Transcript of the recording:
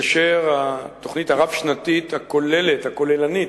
תתאשר התוכנית הרב-שנתית הכוללת, הכוללנית,